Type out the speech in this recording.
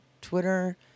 Twitter